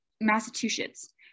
Massachusetts